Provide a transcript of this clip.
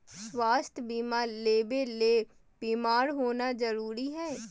स्वास्थ्य बीमा लेबे ले बीमार होना जरूरी हय?